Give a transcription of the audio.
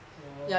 orh